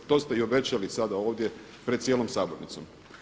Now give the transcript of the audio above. To ste i obećali sada ovdje pred cijelom sabornicom.